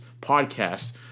podcast